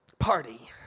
Party